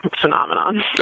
phenomenon